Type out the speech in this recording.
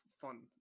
fun